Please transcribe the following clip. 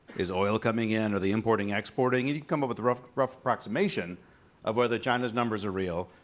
is oil coming in, are they importing exporting, and you come up with a rough rough approximation of whether china's numbers are real.